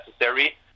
necessary